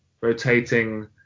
rotating